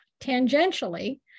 tangentially